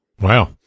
Wow